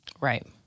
Right